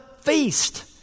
feast